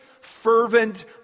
Fervent